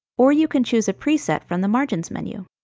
or you can choose a preset from the margins menu.